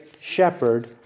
shepherd